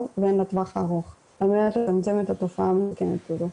והן לטווח הארוך על מנת לצמצם את התופעה המסוכנת הזו.